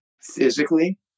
physically